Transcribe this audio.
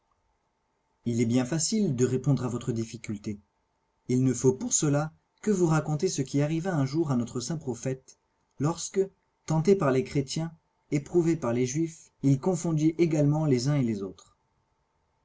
il est bien facile de répondre à votre difficulté il ne faut pour cela que vous raconter ce qui arriva un jour à notre saint prophète lorsque tenté par les chrétiens éprouvé par les juifs il confondit également et les uns et les autres